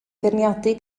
feirniadu